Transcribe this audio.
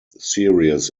series